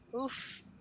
oof